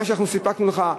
במה שאנחנו סיפקנו לך.